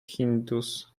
hindus